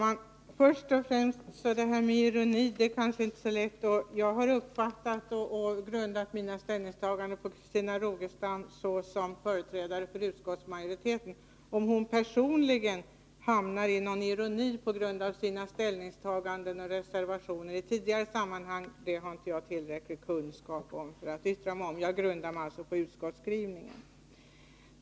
Herr talman! Vad först gäller talet om ironi vill jag säga att jag har grundat mina kommentarer på att Christina Rogestam talar som företrädare för utskottsmajoriteten. Om hon personligen ger uttryck för någon ironi mot bakgrund av sina ställningstaganden och reservationer i tidigare sammanhang, har jag inte tillräcklig kunskap om detta för att kunna bedöma det. Jag utgår från utskottsskrivningen.